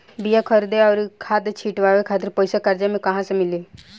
बीया खरीदे आउर खाद छिटवावे खातिर पईसा कर्जा मे कहाँसे मिली?